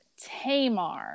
Tamar